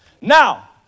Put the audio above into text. Now